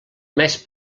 mes